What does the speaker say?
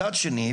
מצד שני,